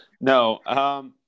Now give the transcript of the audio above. No